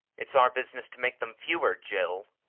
it's our business to make them fewer, jill.